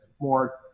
more